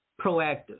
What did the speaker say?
proactive